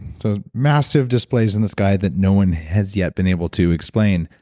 so, massive displays in the sky that no one has yet been able to explain,